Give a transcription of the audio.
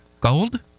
Gold